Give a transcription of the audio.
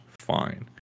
fine